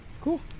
cool